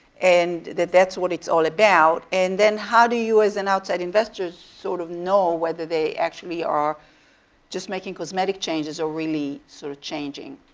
and that that's what it's all about? and then how do you, as an outside investor, sort of know whether they actually are just making cosmetic changes or really sort of changing?